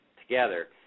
together